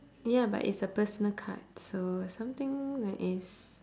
ya but it's a personal card so something that is